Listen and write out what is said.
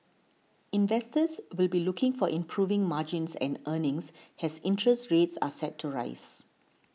investors will be looking for improving margins and earnings has interest rates are set to rise